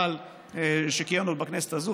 אבל שכיהן עוד בכנסת הזאת,